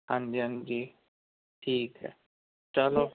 ਹਾਂਜੀ ਹਾਂਜੀ ਠੀਕ ਹੈ ਚਲੋ